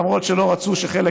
למרות שלא רצו שחלק,